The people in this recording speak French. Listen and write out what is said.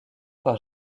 par